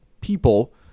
people